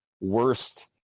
worst